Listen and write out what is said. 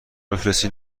بفرستین